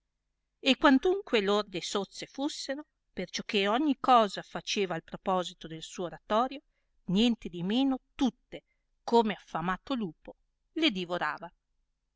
e quantunque lorde e sozze fusseno perciò che ogni cosa faceva al proposito del suo oratorio nientedimeno tutte come affamato lupo le divorava